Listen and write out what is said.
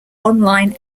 online